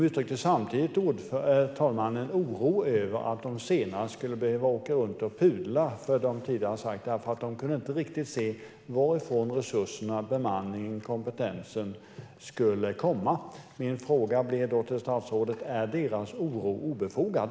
De uttryckte samtidigt en oro för att de senare kommer att behöva åka runt och "pudla" för vad de tidigare sagt. De kunde inte riktigt se varifrån resurserna, bemanningen och kompetensen ska komma. Min fråga till statsrådet blir då: Är deras oro obefogad?